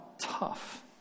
tough